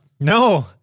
No